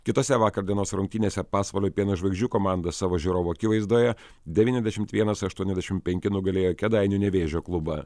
kitose vakar dienos rungtynėse pasvalio pieno žvaigždžių komanda savo žiūrovų akivaizdoje devyniasdešimt vienas aštuoniasdešimt penki nugalėjo kėdainių nevėžio klubą